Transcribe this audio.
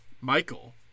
Michael